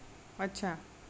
अच्छा